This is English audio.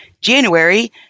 January